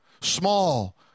small